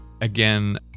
Again